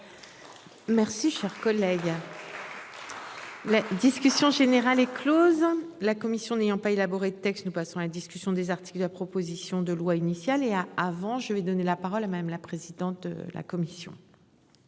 Merci cher collègue. La discussion générale est Close. La commission n'ayant pas élaboré texte nous passons la discussion des articles de la proposition de loi initial et a avant je vais donner la parole à même la présidente de la commission.